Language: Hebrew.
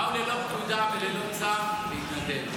באו ללא פקודה וללא צו להתנדב.